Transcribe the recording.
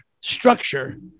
structure